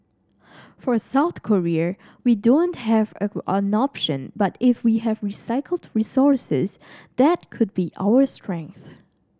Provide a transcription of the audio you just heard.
for South Korea we don't have an option but if we have recycled resources that could be our strength